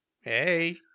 Hey